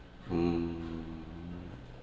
hmm